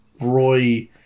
Roy